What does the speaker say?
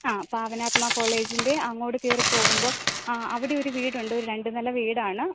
ആ പാവനാത്മ കോളേജിൻ്റെ അങ്ങോട്ട് കയറിപ്പോകുമ്പോൾ അവിടെ ഒരു വീടുണ്ട് ഒരു രണ്ടുനില വീടാണ്